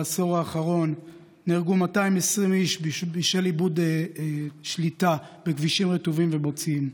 בעשור האחרון נהרגו 220 איש בשל איבוד שליטה בכבישים רטובים ובוציים.